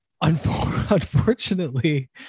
unfortunately